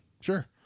Sure